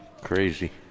crazy